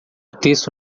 texto